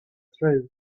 through